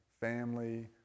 family